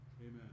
amen